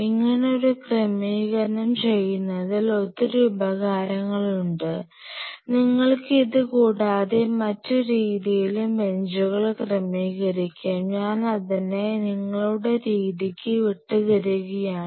ഇങ്ങനെ ഒരു ക്രമീകരണം ചെയ്യുന്നതിൽ ഒത്തിരി ഉപകാരങ്ങൾ ഉണ്ട് നിങ്ങൾക്ക് ഇതുകൂടാതെ മറ്റ് രീതിയിലും ബെഞ്ചുകൾ ക്രമീകരിക്കാംഞാൻ അതിനെ നിങ്ങളുടെ രീതിക്ക് വിട്ടു തരുകയാണ്